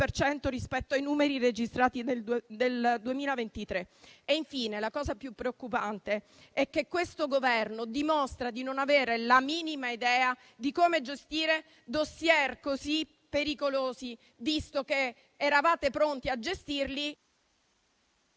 rispetto ai numeri registrati nel 2023. Infine, la cosa più preoccupante è che questo Governo dimostra di non avere la minima idea di come gestire *dossier* così pericolosi, visto che eravate pronti a gestirli,